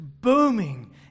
booming